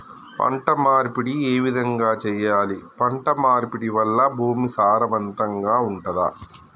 పంట మార్పిడి ఏ విధంగా చెయ్యాలి? పంట మార్పిడి వల్ల భూమి సారవంతంగా ఉంటదా?